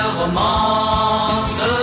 romance